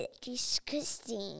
Disgusting